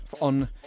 on